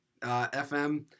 FM